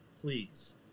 please